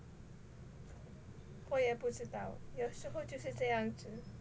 我也不知道有时候就是这样子